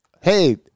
hey